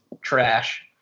trash